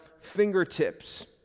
fingertips